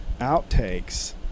outtakes